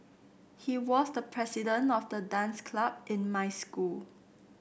he was the president of the dance club in my school